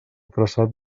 traçat